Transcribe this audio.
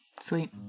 Sweet